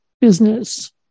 business